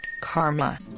karma